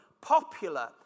popular